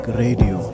radio